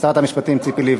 בכספו.